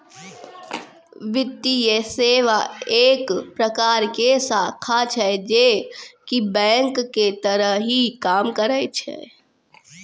वित्तीये सेवा एक प्रकार के शाखा छै जे की बेंक के तरह ही काम करै छै